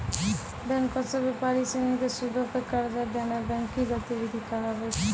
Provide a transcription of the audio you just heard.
बैंको से व्यापारी सिनी के सूदो पे कर्जा देनाय बैंकिंग गतिविधि कहाबै छै